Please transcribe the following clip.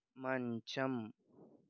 మంచం